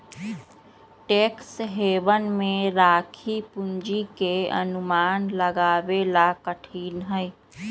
tax haven में राखी पूंजी के अनुमान लगावे ला कठिन हई